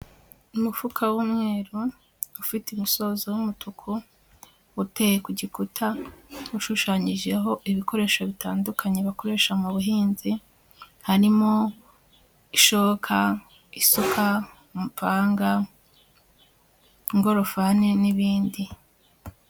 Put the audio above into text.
Umufuka w'umweru ufite umusozo w'umutuku, uteye ku gikuta ushushanyijeho ibikoresho bitandukanye bakoresha mu buhinzi harimo, ishoka, isuka, umupanga, ingorofani n'ibindi.